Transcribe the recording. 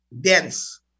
dense